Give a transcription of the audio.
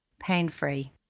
pain-free